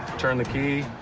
turn the key,